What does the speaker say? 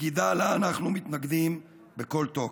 סגידה שאנחנו מתנגדים לה בכל תוקף.